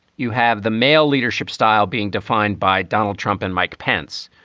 you have the male leadership style being defined by donald trump and mike pence,